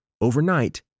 overnight